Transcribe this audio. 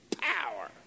power